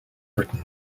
britain